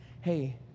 hey